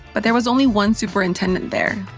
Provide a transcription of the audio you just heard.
but there was only one superintendent there.